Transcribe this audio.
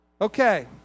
Okay